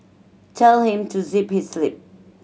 tell him to zip his lip